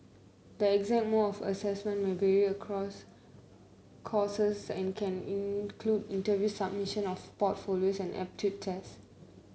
the exact mode of assessment may vary across courses and can include interviews submission of portfolios and aptitude tests